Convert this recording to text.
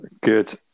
Good